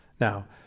Now